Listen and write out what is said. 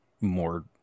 more